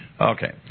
Okay